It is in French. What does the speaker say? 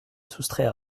soustraire